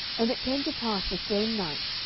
and it came to pass the same night,